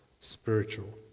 spiritual